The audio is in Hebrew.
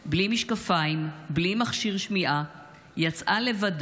בלי משקפיים, בלי מכשיר שמיעה, יצאה לבדה,